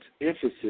emphasis